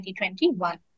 2021